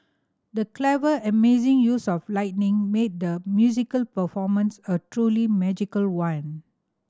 the clever amazing use of lighting made the musical performance a truly magical one